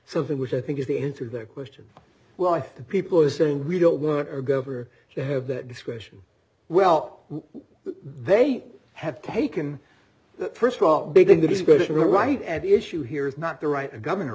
something which i think is the answer the question well i think the people are saying we don't want our governor to have that discretion well they have taken that first of all begin the discussion right at the issue here is not the right a governor